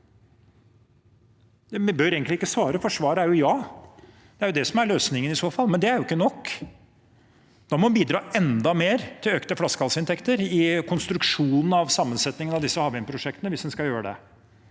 En behøver egentlig ikke svare, for svaret er ja. Det er det som er løsningen, i så fall, men det er jo ikke nok. Da må en bidra enda mer til økte flaskehalsinntekter i konstruksjonen av og sammensetningen av disse havvindprosjektene, hvis en skal gjøre det.